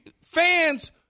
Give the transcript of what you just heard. fans